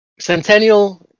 Centennial